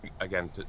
again